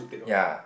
ya